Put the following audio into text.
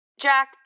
Jack